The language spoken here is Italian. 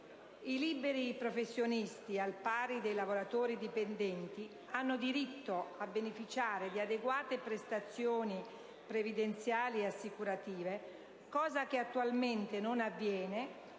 I liberi professionisti, al pari dei lavoratori dipendenti, hanno diritto a beneficiare di adeguate prestazioni previdenziali e assicurative, cosa che attualmente non avviene